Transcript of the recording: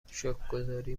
شکرگزاری